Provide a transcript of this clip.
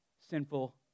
sinful